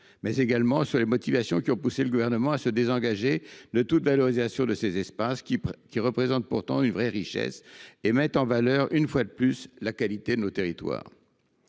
mais également sur les motivations qui ont poussé le Gouvernement à se désengager de toute valorisation de ces espaces, qui représentent pourtant une vraie richesse et mettent en valeur, une fois de plus, la qualité de nos territoires.